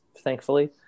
thankfully